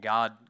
God